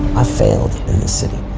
ah failed in the city,